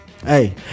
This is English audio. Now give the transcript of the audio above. Hey